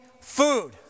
food